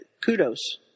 kudos